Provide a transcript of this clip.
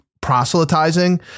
proselytizing